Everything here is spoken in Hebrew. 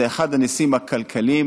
זה אחד הניסים הכלכליים,